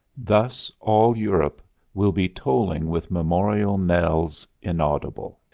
thus all europe will be tolling with memorial knells inaudible,